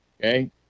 Okay